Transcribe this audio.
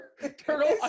Turtle